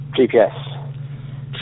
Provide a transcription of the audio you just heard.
GPS